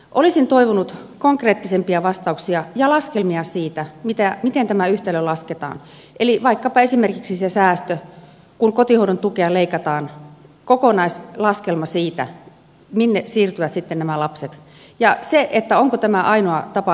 olisin toivonut konkreettisempia vastauksia ja laskelmia siitä miten tämä yhtälö lasketaan eli vaikkapa esimerkiksi se säästö kun kotihoidon tukea leikataan kokonaislaskelma siitä minne siirtyvät sitten nämä lapset ja onko tämä ainoa tapa lisätä joustoja